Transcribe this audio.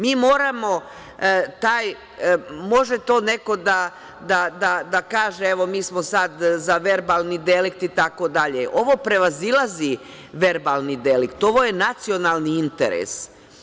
Može to neko da kaže, evo, mi smo sada za verbalni delikt itd, ovo prevazilazi verbalni delikt, to je nacionalni interes.